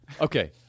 Okay